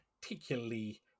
particularly